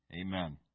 Amen